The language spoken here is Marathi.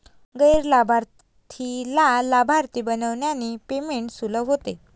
गैर लाभार्थीला लाभार्थी बनविल्याने पेमेंट सुलभ होते